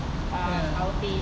ya